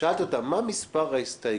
שאלתי אותה: מה מספר ההסתייגויות